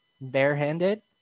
barehanded